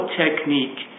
technique